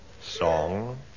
song